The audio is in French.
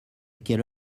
quelle